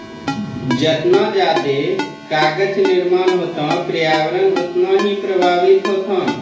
जतना जादे कागज निर्माण होतै प्रर्यावरण उतना ही प्रभाबित होतै